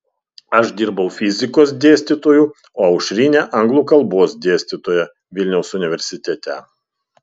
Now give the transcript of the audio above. aš dirbau fizikos dėstytoju o aušrinė anglų kalbos dėstytoja vilniaus universitete